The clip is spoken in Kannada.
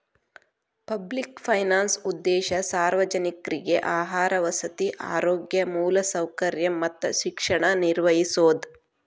ಪಬ್ಲಿಕ್ ಫೈನಾನ್ಸ್ ಉದ್ದೇಶ ಸಾರ್ವಜನಿಕ್ರಿಗೆ ಆಹಾರ ವಸತಿ ಆರೋಗ್ಯ ಮೂಲಸೌಕರ್ಯ ಮತ್ತ ಶಿಕ್ಷಣ ನಿರ್ವಹಿಸೋದ